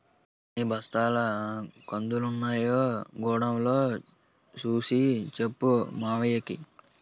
ఎన్ని బస్తాల కందులున్నాయో గొడౌన్ లో సూసి సెప్పు మావయ్యకి